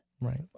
Right